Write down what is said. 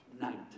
night